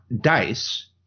dice